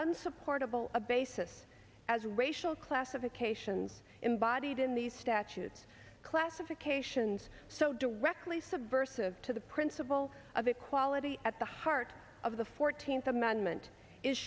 unsupportable a basis as racial classifications embodied in these statutes classifications so directly subversive to the principle of equality at the heart of the fourteenth amendment is